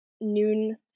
noon